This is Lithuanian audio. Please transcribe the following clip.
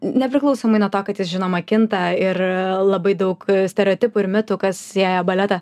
nepriklausomai nuo to kad jis žinoma kinta ir labai daug stereotipų ir mitų kas sieja baletą